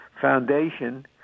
foundation